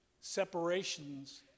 separations